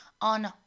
on